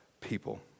people